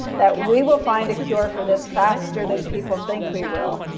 that we will find a cure for this faster, than people think we will.